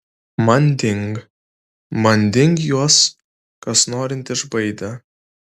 manding manding juos kas norint išbaidė